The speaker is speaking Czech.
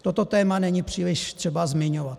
Toto téma není příliš třeba zmiňovat.